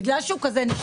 בגלל שהוא הזה נישתי.